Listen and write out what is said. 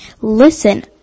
Listen